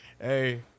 hey